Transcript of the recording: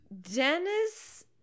dennis